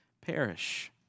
perish